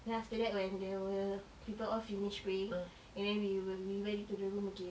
then after that when there were people all finished pray and then we wer~ we went in the room again